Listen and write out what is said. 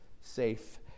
safe